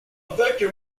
vector